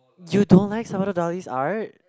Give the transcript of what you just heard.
you don't like Salvado-Dali's art